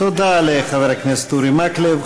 תודה לחבר הכנסת אורי מקלב.